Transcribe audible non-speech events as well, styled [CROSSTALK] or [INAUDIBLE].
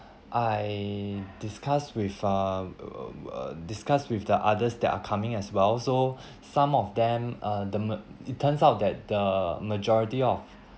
I discussed with err uh uh discussed with the others that are coming as well so [BREATH] some of them uh the ma~ it turns out that the majority of